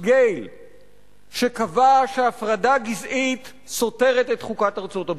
Gayle שקבע שהפרדה גזעית סותרת את חוקת ארצות-הברית.